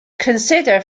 consider